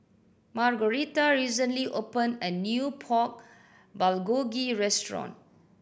Margaretha recently opened a new Pork Bulgogi Restaurant